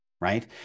right